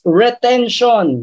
retention